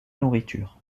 nourriture